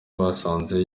basanze